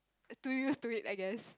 too used to it I guess